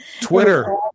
twitter